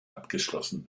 abgeschlossen